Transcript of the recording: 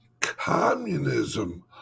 communism